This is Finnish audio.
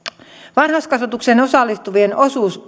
varhaiskasvatukseen osallistuvien osuus